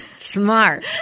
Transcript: Smart